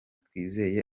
twizeye